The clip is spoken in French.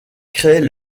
créent